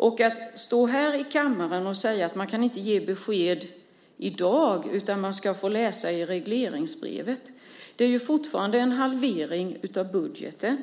Och här står man i kammaren och säger att man inte kan ge besked i dag utan man ska få läsa i regleringsbrevet. Det är ju fortfarande en halvering av budgeten,